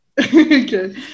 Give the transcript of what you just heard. Okay